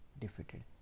Defeated